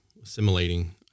assimilating